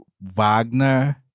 Wagner